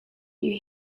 you